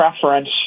preference